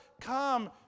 come